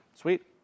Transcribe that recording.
sweet